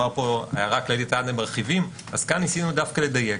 הערה כללית על ההרחבה אז כאן ניסינו דווקא לדייק,